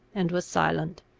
and was silent.